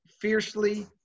fiercely